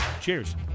cheers